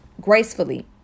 gracefully